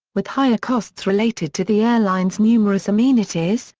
with higher costs related to the airline's numerous amenities,